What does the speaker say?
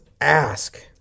ask